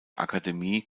akademie